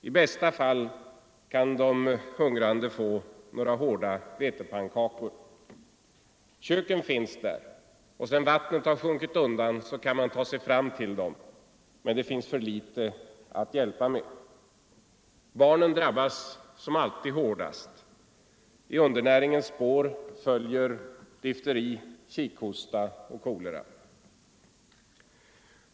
I bästa fall kan de hungrande få några hårda vetepannkakor. Köken finns där. Och sedan vattnet har sjunkit undan så kan man ta sig fram till dem, men det finns för litet att hjälpa med. Barnen drabbas som alltid hårdast. I undernäringens spår följer difteri, kikhosta och kolera.